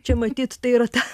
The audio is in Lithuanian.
čia matyt tai yra ta